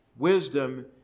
Wisdom